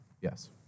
Yes